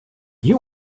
you